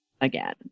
again